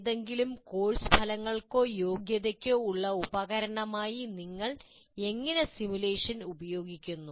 ഏതെങ്കിലും കോഴ്സ് ഫലങ്ങൾക്കോ യോഗ്യതയ്ക്കോ ഉള്ള ഉപകരണമായി നിങ്ങൾ എങ്ങനെ സിമുലേഷൻ ഉപയോഗിക്കുന്നു